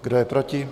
Kdo je proti?